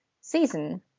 season